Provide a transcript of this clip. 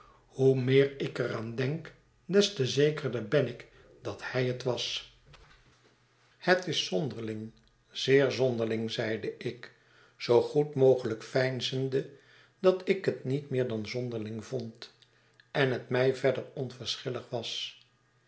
hoe meer ik er aan denk des te zekerder ben ik dat hij het was het is zonderling zeer zonderling zeide ik zoo goed mogelijk veinzende dat ik het niet meer dan zonderling vond en het mij verder onverschillig was